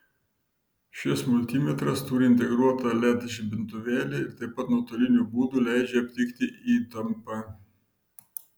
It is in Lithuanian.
šis multimetras turi integruotą led žibintuvėlį ir taip pat nuotoliniu būdu leidžia aptikti įtampą